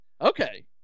Okay